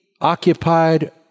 occupied